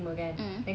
mm